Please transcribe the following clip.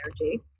energy